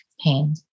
pain